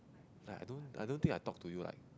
like I don't I don't think I talk to you like